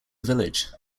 village